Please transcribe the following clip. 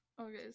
Okay